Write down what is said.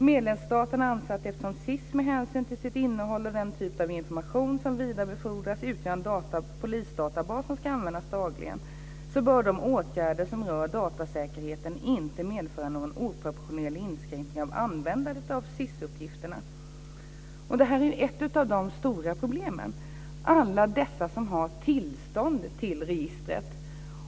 Medlemsstaterna anser att eftersom SIS, med hänsyn till sitt innehåll och den typ av information som vidarebefordras, utgör en polisdatabas som skall användas dagligen, bör de åtgärder som rör datasäkerhet inte medföra någon oproportionerlig inskränkning av användandet av SIS-uppgifterna." Det här är ett av de stora problemen, dvs. alla dessa som har tillstånd till registret.